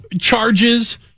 charges